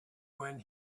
when